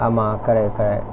ஆமா:aamaa correct correct